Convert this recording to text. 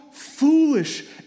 Foolish